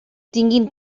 tinguin